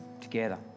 together